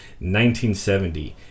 1970